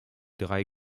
drei